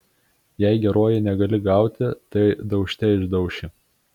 jei geruoju negali gauti tai daužte išdauši